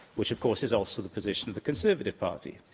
which, of course, is also the position of the conservative party.